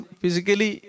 physically